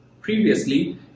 previously